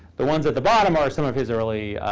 the ones at the bottom are some of his early,